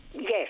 Yes